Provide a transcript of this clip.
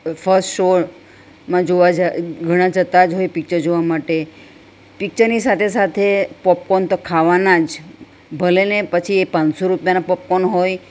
તો ફસ્ટ શોમાં જોવા જાય ઘણા જતાં જ હોય પિક્ચર જોવા માટે પિક્ચરની સાથે સાથે પોપકોન તો ખાવાના જ ભલે ને પછી એ પાંચસો રૂપિયાના પોપકોન હોય